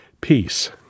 Peace